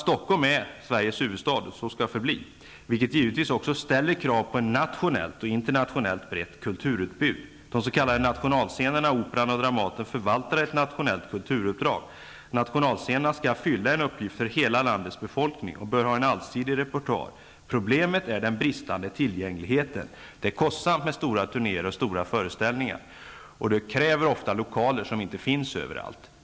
Stockholm är Sveriges huvudstad och så skall förbli, vilket givetvis också ställer krav på ett nationellt och internationellt brett kulturutbud. De s.k. nationalscenerna Operan och Dramaten förvaltar ett nationellt kulturuppdrag. Nationalscenerna skall fylla en uppgift för hela landets befolkning och bör ha en allsidig repertoar. Problemet är den bristande tillgängligheten. Det är kostsamt med stora turnéer, och stora föreställningar kräver lokaler som inte finns överallt.